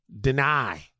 deny